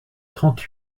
trente